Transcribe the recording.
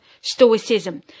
stoicism